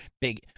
big